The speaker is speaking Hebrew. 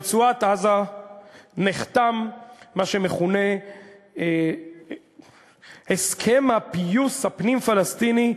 ברצועת-עזה נחתם מה שמכונה "הסכם הפיוס הפנים-פלסטיני",